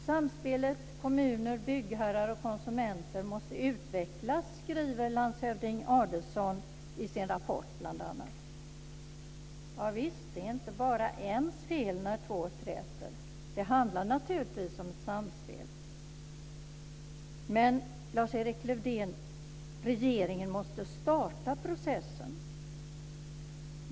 Samspelet mellan kommuner, byggherrar och konsumenter måste utvecklas, skriver landshövding Adelsohn i sin rapport. Javisst, det är inte bara ens fel när två träter. Det handlar naturligtvis om ett samspel. Men, Lars-Erik Lövdén, regeringen måste starta processen.